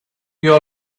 your